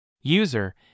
User